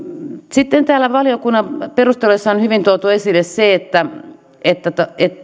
sitten täällä valiokunnan perusteluissa on hyvin tuotu esille se